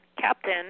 Captain